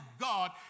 God